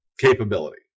capability